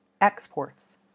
exports